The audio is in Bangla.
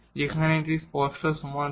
যেখানে এটি স্পষ্ট সমাধান